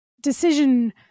decision